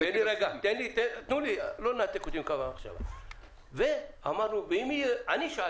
ואני שאלתי: